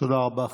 תודה רבה.